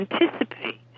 anticipate